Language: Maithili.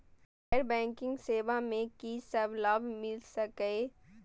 गैर बैंकिंग सेवा मैं कि सब लाभ मिल सकै ये?